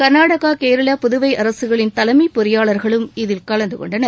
கள்நாடகா கேரளா புதுவை அரசுகளின் தலைமைப் பொறியாளர்களும் இதில் கலந்து கொண்டனர்